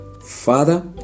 Father